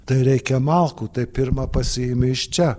tai reikia malkų tai pirma pasiimi iš čia